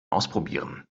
ausprobieren